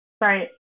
Right